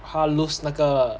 他 lose 那个